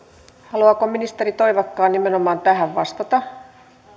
haluaako ministeri toivakka nimenomaan tähän vastata